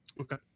Okay